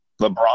LeBron